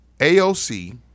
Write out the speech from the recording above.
AOC